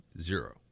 zero